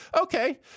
okay